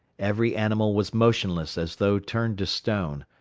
every animal was motionless as though turned to stone.